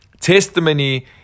testimony